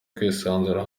kwisanzura